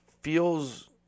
feels